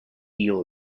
eel